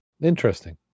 interesting